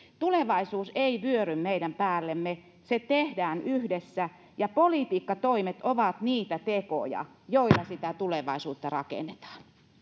tulevaisuus ei vyöry meidän päällemme se tehdään yhdessä ja politiikkatoimet ovat niitä tekoja joilla sitä tulevaisuutta rakennetaan